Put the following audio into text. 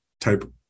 type